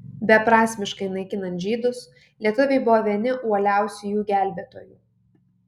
beprasmiškai naikinant žydus lietuviai buvo vieni uoliausių jų gelbėtojų